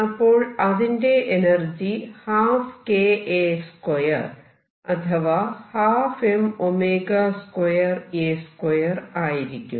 അപ്പോൾ അതിന്റെ energy 12kA2 അഥവാ 12m2A2ആയിരിക്കും